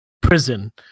prison